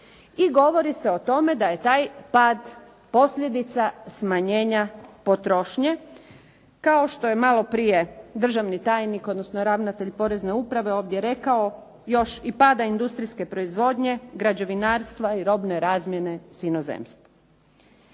i govori se o tome da je taj pad posljedica smanjenja potrošnje, kao što je maloprije državni tajnik odnosno ravnatelj porezne uprave, još i pada industrijske proizvodnje, građevinarstva i robne razmjene s inozemstvom.